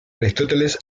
aristóteles